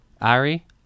Ari